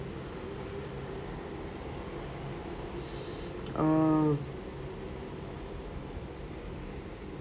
err